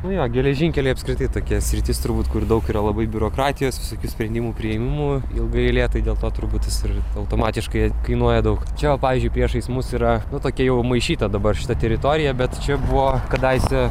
nu jo geležinkeliai apskritai tokia sritis turbūt kur daug yra labai biurokratijos visokių sprendimų priėmimų ilga eilė tai dėl to turbūt jis ir automatiškai kainuoja daug čia va pavyzdžiui priešais mus yra nu tokia jau maišyta dabar šita teritorija bet čia buvo kadaise